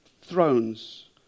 thrones